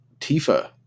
Tifa